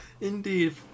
Indeed